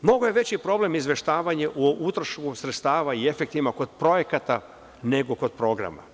Mnogo je veći problem izveštavanja o utrošku sredstava i efektima kod projekata nego kod programa.